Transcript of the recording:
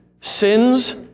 sins